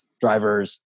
drivers